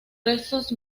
restos